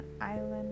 island